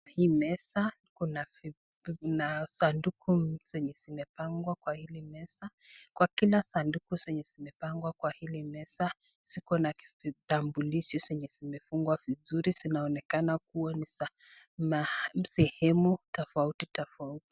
Kwa hii meza kuna sanduku mbili zenye zimepangwa lwa hili meza, kwa kila sanduku zenye zimepangwa kwa hili meza , ziko na vitambulisho zenye zimefungwa vizuri, zinaonekana kuwa ni za sehemu tofautitofauti.